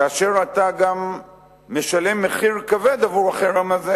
כאשר אתה גם משלם מחיר כבד עבור החרם הזה.